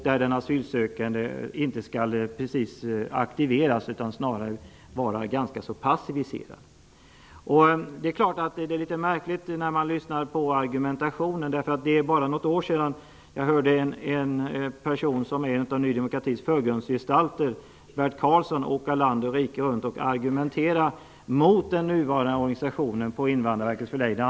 Där aktiveras inte precis den asylsökande utan passiviseras snarare. Argumentationen är litet märklig. Det är bara något år sedan en av Ny demokratis förgrundsgestalter, Bert Karlsson, åkte land och rike runt för att argumentera mot den nuvarande organisationen på Invandrarverkets förläggningar.